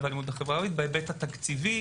והאלימות בחברה הערבית בהיבט התקציבי.